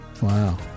Wow